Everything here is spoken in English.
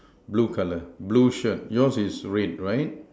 blue color blue shirt yours is red right